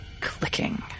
clicking